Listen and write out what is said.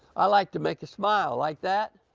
i like to make a, smile like that.